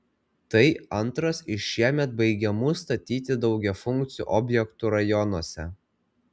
tai antras iš šiemet baigiamų statyti daugiafunkcių objektų rajonuose